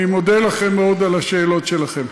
אני מודה לכם מאוד על השאלות שלכם.